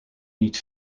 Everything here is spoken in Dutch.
niet